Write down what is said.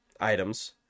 items